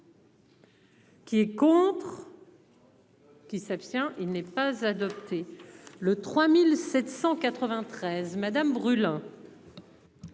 Qui est contre. Qui s'abstient. Il n'est pas adopté le 3793. Madame brûle.